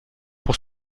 pour